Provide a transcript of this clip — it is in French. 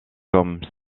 comme